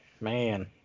man